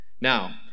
Now